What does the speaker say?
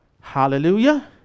Hallelujah